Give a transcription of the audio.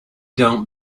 don’t